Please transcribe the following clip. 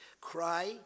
Cry